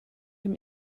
him